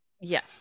yes